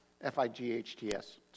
F-I-G-H-T-S